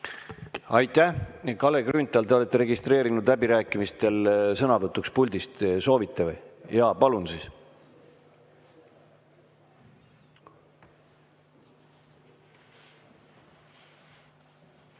Aitäh! Kalle Grünthal, te olete registreerunud läbirääkimistele sõnavõtuks puldist. Soovite? Jaa, palun!